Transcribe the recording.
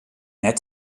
net